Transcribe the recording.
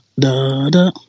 da-da